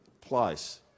place